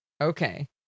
Okay